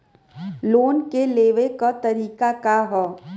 Loan के लेवे क तरीका का ह?